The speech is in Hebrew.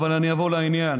אבל אני אבוא לעניין,